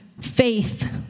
faith